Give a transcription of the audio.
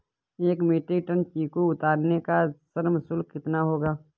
एक metric ton चीकू उतारने का श्रम शुल्क कितना होगा?